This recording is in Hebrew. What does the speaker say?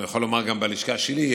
אני יכול לומר שגם בלשכה שלי,